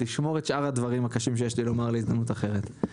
נשמור את שאר הדברים הקשים שיש לי לומר להזדמנות אחרת.